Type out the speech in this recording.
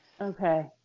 Okay